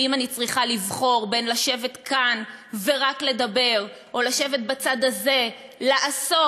ואם אני צריכה לבחור בין לשבת כאן ורק לדבר ובין לשבת בצד הזה ולעשות,